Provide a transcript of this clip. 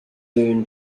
boon